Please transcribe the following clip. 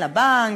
לבנק,